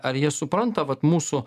ar jie supranta vat mūsų